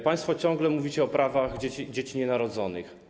Państwo ciągle mówicie o prawach dzieci nienarodzonych.